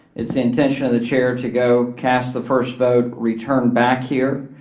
it's the intention of the chair to go cast the first vote, return back here,